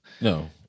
No